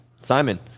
Simon